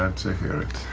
um to hear it.